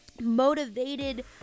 motivated